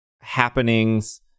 happenings